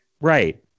right